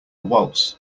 waltz